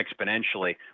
exponentially